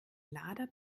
lader